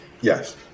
Yes